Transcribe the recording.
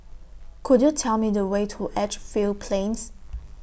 Could YOU Tell Me The Way to Edgefield Plains